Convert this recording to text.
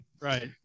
Right